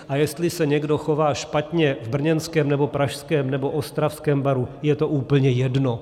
A jestli se někdo chová špatně v brněnském, nebo pražském, nebo ostravském baru, je to úplně jedno.